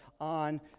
on